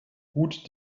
gut